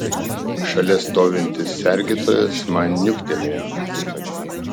šalia stovintis sergėtojas man niuktelėjo